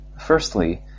Firstly